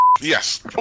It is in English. yes